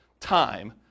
time